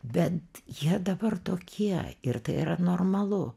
bent jie dabar tokie ir tai yra normalu